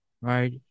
right